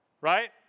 Right